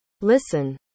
listen